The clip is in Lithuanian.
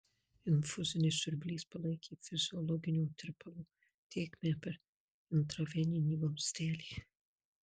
infuzinis siurblys palaikė fiziologinio tirpalo tėkmę per intraveninį vamzdelį